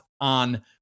On